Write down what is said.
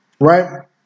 right